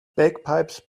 bagpipes